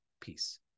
peace